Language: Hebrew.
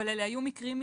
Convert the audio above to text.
אבל אלה היו מיובאים,